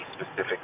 specific